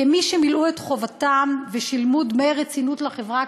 כמי שמילאו את חובתם ושילמו דמי רצינות לחברה,